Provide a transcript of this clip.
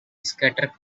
scattered